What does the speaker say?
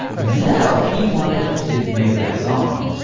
no he wanted to make that song.